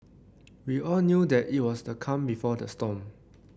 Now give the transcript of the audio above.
we all knew that it was the calm before the storm